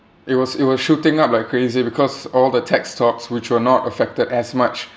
it was it was shooting up like crazy because all the tech stocks which were not affected as much